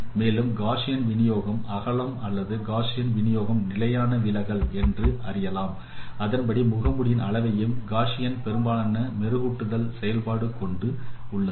மேலும் காஸியன் விநியோகம் அகலம் அல்லது காஸியன் விநியோகம் நிலையான விலகல் என்றும் அறியலாம் அதன்படி முகமூடியின் அளவையும் காஸியன் பெரும்பாலான மெருகூட்டல் செயல்பாடு கொண்டு உள்ளது